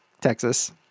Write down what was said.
Texas